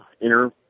inner